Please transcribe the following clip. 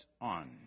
on